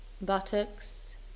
buttocks